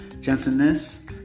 gentleness